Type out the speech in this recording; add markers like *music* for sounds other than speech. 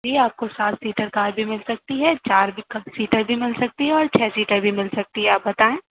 جی آپ کو سات سیٹر کار بھی مِل سکتی ہے چار *unintelligible* سیٹر بھی مِل سکتی ہے اور چھ سیٹر بھی مِل سکتی ہے آپ بتائیں